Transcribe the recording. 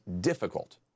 difficult